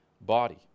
body